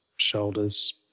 shoulders